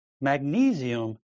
Magnesium